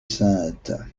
sainte